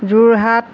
Jorhat